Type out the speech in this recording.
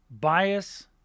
bias